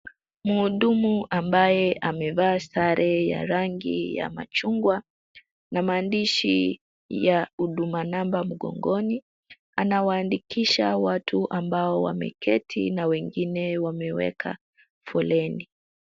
Muhudumu ambaye amevaa sare ya rangi ya machungwa na maandishi ya huduma number mgongoni, anawaandikisha watu ambao wameketi na wengine wameweka foleni.